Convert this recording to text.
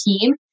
team